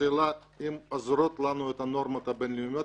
השאלה אם עוזרות לנו הנורמות הבינלאומיות